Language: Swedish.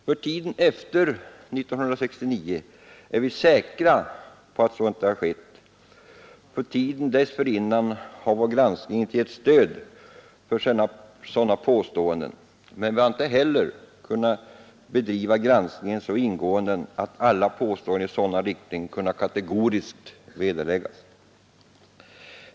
För tiden efter 1969 är vi säkra på att det inte har skett, för tiden dessförinnan har vår granskning inte gett något stöd för sådana påståenden, men vi har inte heller kunnat bedriva granskningen så ingående att alla påståenden i sådan riktning kunnat kategoriskt vederläggas.